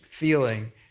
feeling